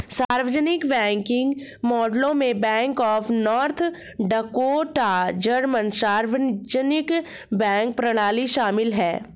सार्वजनिक बैंकिंग मॉडलों में bank of North Dakota German सार्वजनिक बैंक प्रणाली शामिल है